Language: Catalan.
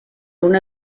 una